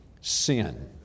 Sin